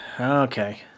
Okay